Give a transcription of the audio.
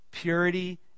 Purity